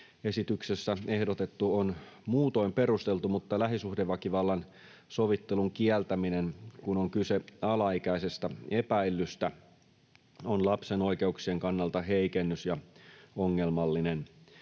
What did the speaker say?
esityksessä ehdotettu on muutoin perusteltu, mutta lähisuhdeväkivallan sovittelun kieltäminen, kun on kyse alaikäisestä epäillystä, on lapsen oikeuksien kannalta heikennys ja ongelmallinen.